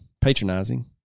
patronizing